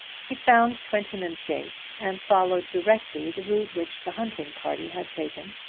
he found twentyman's gate and followed directly the route which the hunting party had taken,